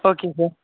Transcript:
okay sir